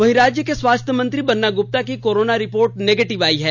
वहीं राज्य के स्वास्थ्य मंत्री बन्ना गुप्ता की कोरोना रिपोर्ट निगेटिव आई है